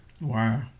Wow